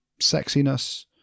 sexiness